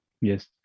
yes